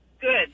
Good